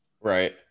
right